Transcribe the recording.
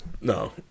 no